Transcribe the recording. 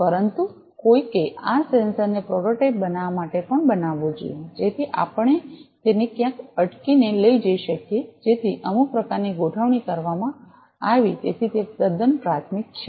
પરંતુ કોઈકે આ સેન્સરને પ્રોટોટાઇપ બનાવવા માટે પણ બનાવવો જોઈએ જેથી આપણે તેને ક્યાંક અટકીને લઈ જઈ શકીએ જેથી અમુક પ્રકારની ગોઠવણ કરવામાં આવી તેથી તે તદ્દન પ્રાથમિક છે